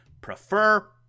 prefer